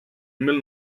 mil